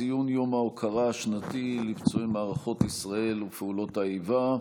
ציון יום ההוקרה לפצועי מערכות ישראל ופעולות האיבה,